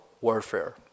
warfare